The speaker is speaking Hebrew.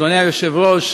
אדוני היושב-ראש,